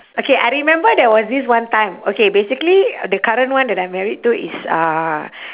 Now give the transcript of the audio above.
okay I remember there was this one time okay basically the current one that I'm married to is uh